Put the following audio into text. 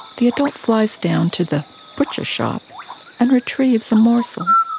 the adult flies down to the butcher shop and retrieves a morsel.